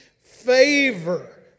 Favor